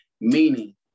Meaning